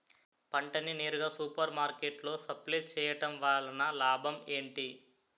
పంట ని నేరుగా సూపర్ మార్కెట్ లో సప్లై చేయటం వలన లాభం ఏంటి?